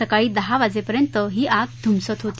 सकाळी दहा वाजेपर्यंत ही आग धुमसत होती